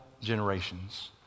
generations